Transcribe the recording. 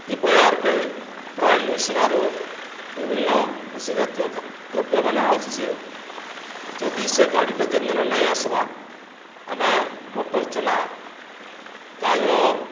ଇ ବଜାର୍କେ ପ୍ରାୟ ଲୁଇସିଙ୍ଗାରୁ ବିଭିନ୍ନ କୃଷି ଜାତୀୟ ଖାଦ୍ ଦ୍ରବ୍ୟମାନେ ଆସୁଛେ ଯଦି ସେ ଗାଡ଼ିଟା ଯେନ୍ ଦିନ ନେଇ ଆସବା ଆମେ ମଟର୍ ଚନା ଗାୟର